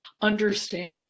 understand